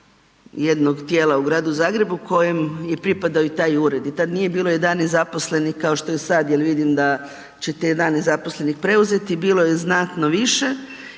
jednog tijela u gradu Zagrebu u kojem je pripadao taj ured i tad nije bilo 11 zaposlenih kao što je sad jer vidim da ćete 11 zaposlenih preuzeti, bilo je znatno više